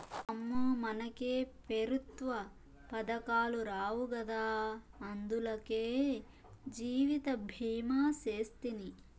అమ్మో, మనకే పెఋత్వ పదకాలు రావు గదా, అందులకే జీవితభీమా సేస్తిని